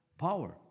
power